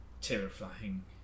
terrifying